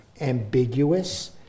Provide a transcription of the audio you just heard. ambiguous